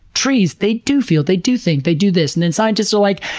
trees, they do feel, they do think, they do this. and then scientists are like,